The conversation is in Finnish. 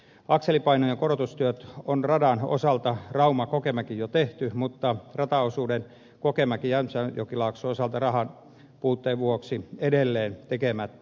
akselipainojen korotustyöt on radan osalta raumakokemäki jo tehty mutta rataosuuden kokemäkijämsänjokilaakso osalta rahan puutteen vuoksi edelleen tekemättä